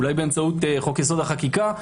אולי באמצעות חוק יסוד: החקיקה,